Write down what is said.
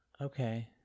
okay